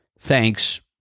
Thanks